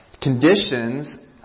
conditions